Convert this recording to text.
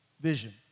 vision